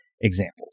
examples